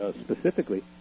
specifically